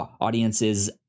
audiences